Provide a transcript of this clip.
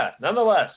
nonetheless